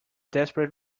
desperate